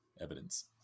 Evidence